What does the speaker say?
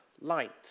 light